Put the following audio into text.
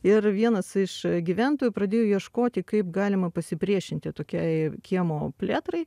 ir vienas iš gyventojų pradėjo ieškoti kaip galima pasipriešinti tokiai kiemo plėtrai